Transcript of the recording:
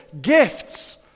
gifts